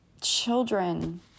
children